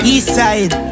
Eastside